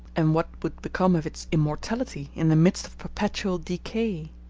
and what would become of its immortality, in the midst of perpetual decay?